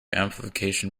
amplification